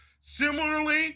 Similarly